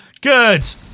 Good